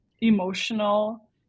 emotional